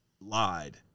lied